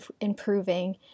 improving